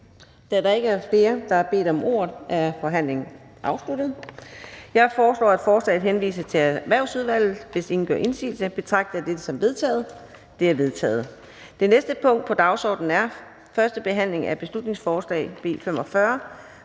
Da der ikke er flere, der har bedt om ordet, er forhandlingen sluttet. Jeg foreslår, at forslaget henvises til Erhvervsudvalget. Hvis ingen gør indsigelse, betragter jeg dette som vedtaget. Det er vedtaget. --- Det sidste punkt på dagsordenen er: 4) 1. behandling af beslutningsforslag nr.